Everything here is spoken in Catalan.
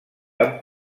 amb